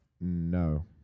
No